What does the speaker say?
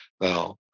Now